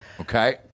Okay